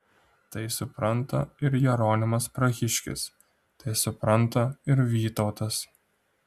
tai supranta ir jeronimas prahiškis tai supranta ir vytautas